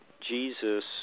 Jesus